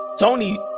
Tony